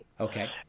Okay